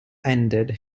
ended